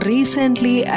Recently